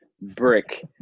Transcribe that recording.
brick